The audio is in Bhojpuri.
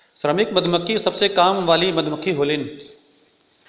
श्रमिक मधुमक्खी सबसे काम वाली मधुमक्खी होलीन